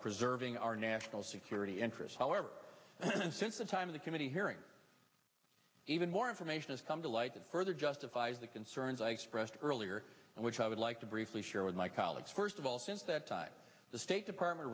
preserving our national security interests however and since the time of the committee hearing even more information has come to light that further justifies the concerns i expressed earlier and which i would like to briefly share with my colleagues first of since that time the state department